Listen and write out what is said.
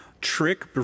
trick